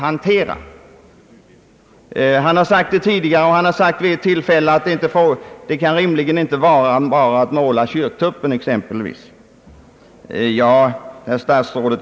Statsrådet har sagt det tidigare också, vid ett tillfälle har han sagt att det inte rimligen bara kan vara exempelvis att måla kyrktuppen. Herr statsråd!